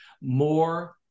more